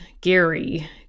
Gary